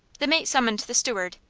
the mate summoned the steward,